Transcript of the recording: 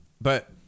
but-